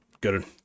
Good